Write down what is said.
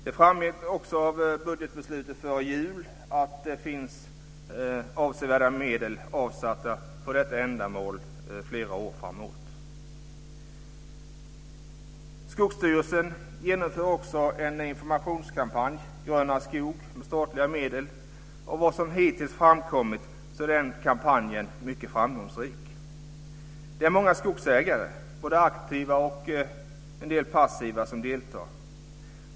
Det framgick av budgetbeslutet före jul att det finns avsevärda medel avsatta för detta ändamål flera år framåt. Skogsstyrelsen genomför en informationskampanj, Grönare Skog, med statliga medel. Av vad som hittills framkommit är kampanjen mycket framgångsrik. Det är många skogsägare, både aktiva och en del passiva, som deltar.